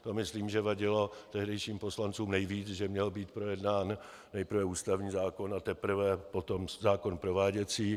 To myslím, že vadilo tehdejším poslancům nejvíc, že měl být projednán nejprve ústavní zákon, a teprve potom zákon prováděcí.